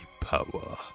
power